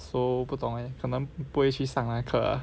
so 不懂 eh 可能不会去上那个课 ah